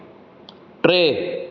टे